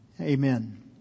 Amen